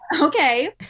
okay